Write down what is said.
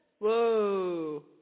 Whoa